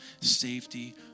safety